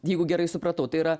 jeigu gerai supratau tai yra